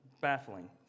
baffling